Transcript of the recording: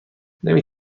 نمی